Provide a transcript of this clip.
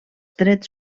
drets